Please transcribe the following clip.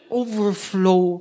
overflow